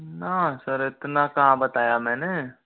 न सर इतना कहाँ बताया मैंने